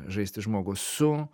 žaisti žmogų su